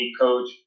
coach